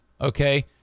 okay